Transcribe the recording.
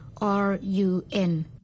R-U-N